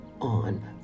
on